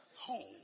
home